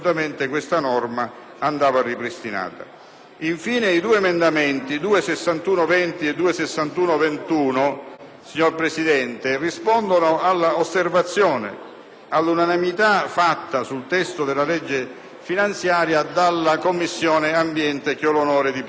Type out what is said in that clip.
Infine, gli emendamenti 2.6120 e 2.6121, signor Presidente, rispondono all'osservazione all'unanimità fatta sul testo della legge finanziaria dalla Commissione ambiente che ho l'onore di presiedere: in quella osservazione, infatti,